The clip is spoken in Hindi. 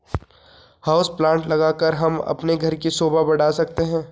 हाउस प्लांट लगाकर हम अपने घर की शोभा बढ़ा सकते हैं